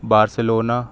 Barcelona